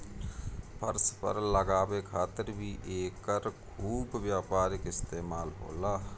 फर्श पर लगावे खातिर भी एकर खूब व्यापारिक इस्तेमाल होला